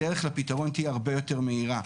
הדרך לפתרון תהיה הרבה יותר מהירה.